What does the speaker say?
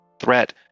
threat